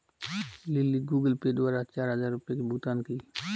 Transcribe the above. lily Google Pay द्वारा चार हजार रुपए की भुगतान की